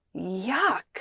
Yuck